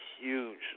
huge